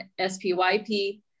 SPYP